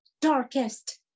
darkest